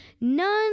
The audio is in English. None